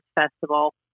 festival